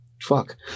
Fuck